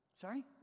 Sorry